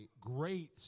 great